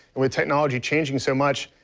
with technology changing so much,